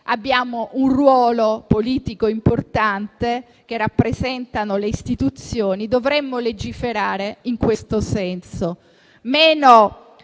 abbiamo un ruolo politico importante, perché rappresentiamo le istituzioni, dovremmo legiferare in questo senso: meno